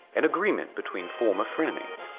an agreement between former frenemies.